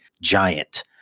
giant